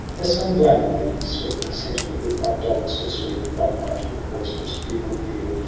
has some glamour made me sleep, and sent me with my dogs to sweep. by night, with boisterous bugle-peal.